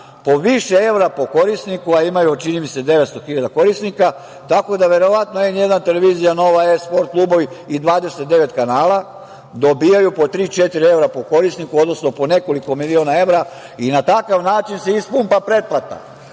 po više evra po korisniku, a imaju, čini mi se, 900.000 korisnika. Tako da, verovatno „N1“ televizija, „Nova S“, „Sport klubovi“ i 29 kanala dobijaju po tri, četiri evra po korisniku, odnosno po nekoliko miliona evra i na takav način se ispumpa pretplata. Od